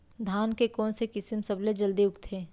धान के कोन से किसम सबसे जलदी उगथे?